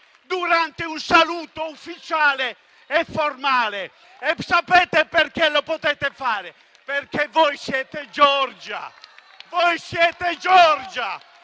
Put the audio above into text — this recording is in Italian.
durante un saluto ufficiale e formale. E sapete perché lo potete fare? Perché voi siete Giorgia e potete fare